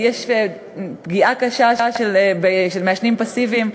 יש פגיעה קשה במעשנים פסיביים.